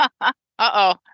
Uh-oh